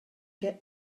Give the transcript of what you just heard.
get